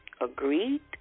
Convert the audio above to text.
Agreed